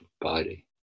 body